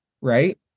right